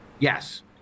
Yes